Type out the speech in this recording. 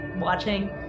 watching